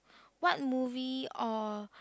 what movie or